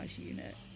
unit